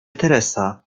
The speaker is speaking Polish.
teresa